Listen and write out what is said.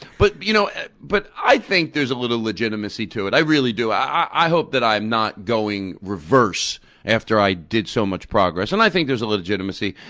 but you know but i think there's a little legitimacy to it. i really do. i i hope that i'm not going reverse after i did so much progress. and i think there's a legitimacy,